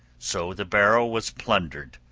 so the barrow was plundered,